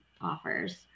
offers